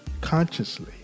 consciously